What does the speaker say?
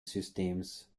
systems